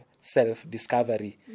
self-discovery